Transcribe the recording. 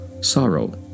sorrow